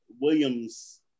Williams